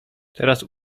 teraz